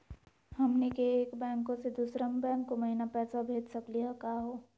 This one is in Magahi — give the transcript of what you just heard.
हमनी के एक बैंको स दुसरो बैंको महिना पैसवा भेज सकली का हो?